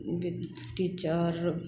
B teacher